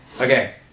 Okay